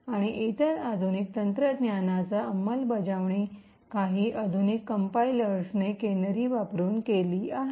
आणि इतर आधुनिक तंत्रज्ञानाची अंमलबजावणी काही आधुनिक कंपाइलर्सनी केनरी वापरुन केली आहे